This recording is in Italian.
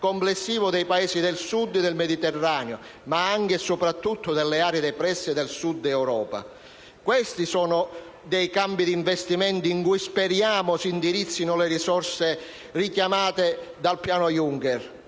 complessivo dei Paesi del Sud del Mediterraneo, ma anche e soprattutto delle aree depresse del Sud Europa. Questi sono dei campi di investimento su cui speriamo si indirizzino le risorse richiamate dal piano Juncker.